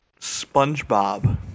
SpongeBob